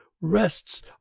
rests